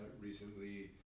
recently